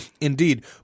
Indeed